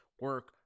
Work